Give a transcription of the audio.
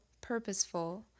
purposeful